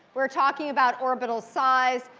we're talking about orbital size.